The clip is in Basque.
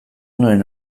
nuen